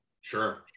Sure